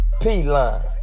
P-Line